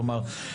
כלומר,